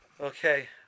Okay